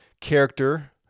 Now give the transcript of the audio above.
character